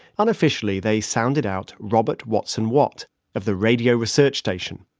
unofficially, they sounded out robert watson watt of the radio research station.